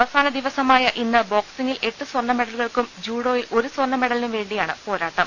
അവസാനദിവസമായ ഇന്ന് ബോക്സിംഗിൽ എട്ട് സ്വർണമെഡലുകൾക്കും ജൂഡോയിൽ ഒരു സ്വർണമെഡലിനും വേണ്ടിയാണ് പോരാട്ടം